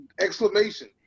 exclamation